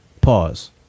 pause